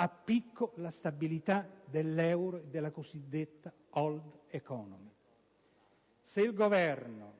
a picco la stabilità dell'euro e della cosiddetta *old economy*. Il Governo